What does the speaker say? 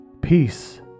Peace